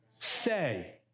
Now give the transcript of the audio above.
say